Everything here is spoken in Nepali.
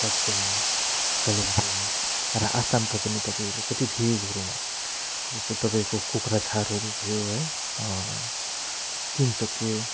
खरसाङ कालिम्पोङ र आसामको पनि तपाईँ कति भेकहरूमा जस्तो तपाईँको कोक्राझारहरू भयो है तिनसुके